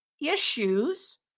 issues